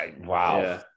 Wow